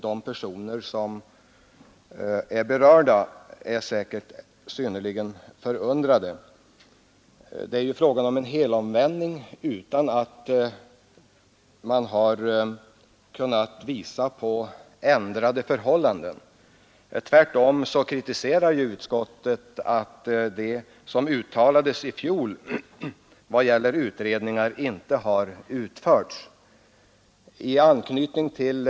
De personer som är direkt berörda är säkert synnerligen förundrade. Utskottet har gjort en helomvändning utan att kunna visa på avgjort ändrade förhållanden. Tvärtom kritiserar ju utskottet det faktum att det som i fjol var motivet för avslag på propositionen då och åtgärder beträffande utredningar inte har verkställts.